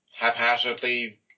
haphazardly